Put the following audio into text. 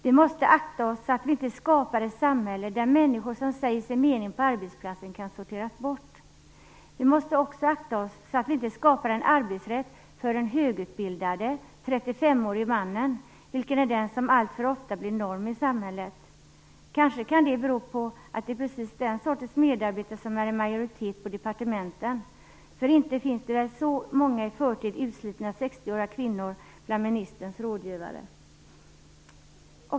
Vi måste akta oss, så att vi inte skapar ett samhälle där människor som säger sin mening på arbetsplatsen kan sorteras bort. Vi måste akta oss, så att vi inte skapar en arbetsrätt för den högutbildade 35-årige mannen, som är den som alltför ofta blir norm i samhället. Det kanske beror på att det är den sortens medarbetare som är i majoritet på departementen. Inte finns det väl så många i förtid utslitna 60 åriga kvinnor bland ministerns rådgivare?